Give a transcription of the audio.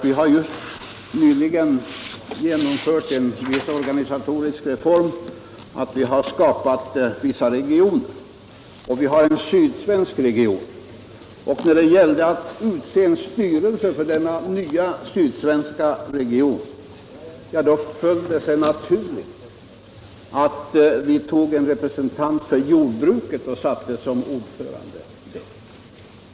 Vi har ju nyligen genomfört en omorganisation i banken. Vi har delat in dess verksamhetsområde i regioner, bl.a. en sydsvensk region. När det gällde att utse en styrelse för den nya sydsvenska regionen föll det sig naturligt att som ordförande välja en representant för jordbruket.